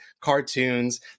cartoons